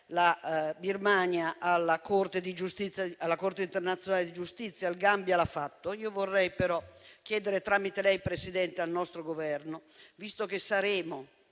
la Birmania alla Corte internazionale di giustizia, il Gambia lo ha già fatto. Vorrei però chiedere tramite lei, signor Presidente, al nostro Governo, visto che